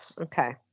okay